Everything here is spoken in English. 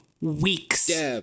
weeks